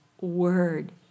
word